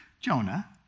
Jonah